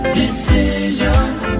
decisions